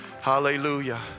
Hallelujah